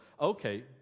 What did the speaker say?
Okay